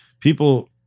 people